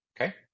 Okay